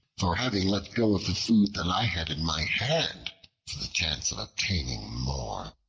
for having let go of the food that i had in my hand for the chance of obtaining more.